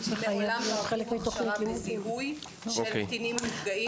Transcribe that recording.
מעולם לא עברו הכשרה בזיהוי של קטינים נפגעים.